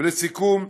ולסיכום,